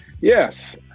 Yes